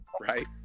Right